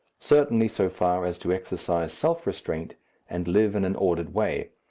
certainly so far as to exercise self-restraint and live in an ordered way.